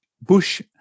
bush